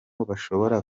bashobora